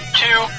two